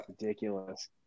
ridiculous